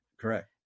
Correct